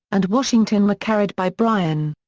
and washington were carried by bryan.